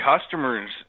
customers